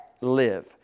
live